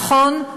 נכון,